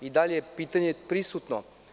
I dalje je pitanje prisutno.